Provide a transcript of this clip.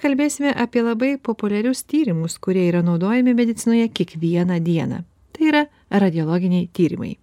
kalbėsime apie labai populiarius tyrimus kurie yra naudojami medicinoje kiekvieną dieną tai yra radiologiniai tyrimai